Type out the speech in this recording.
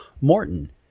Morton